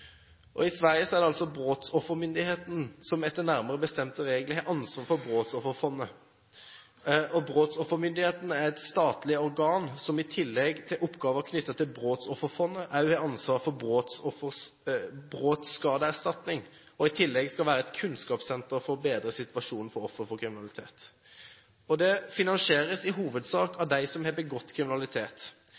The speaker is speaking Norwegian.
I Sverige er det altså Brottsoffermyndigheten som etter nærmere bestemte regler har ansvaret for Brottsofferfonden. Brottsoffermyndigheten er et statlig organ, som i tillegg til oppgaver knyttet til Brottsofferfonden også har ansvar for «brottsskadeersättning», og skal i tillegg være et kunnskapssenter for å bedre situasjonen for ofre for kriminalitet. Fondet finansieres i hovedsak av dem som har begått kriminalitet.